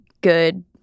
good